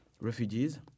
refugees